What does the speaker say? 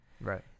Right